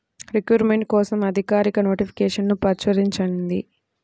recruitment కోసం అధికారిక నోటిఫికేషన్ను ప్రచురించింది